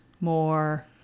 more